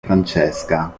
francesca